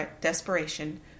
desperation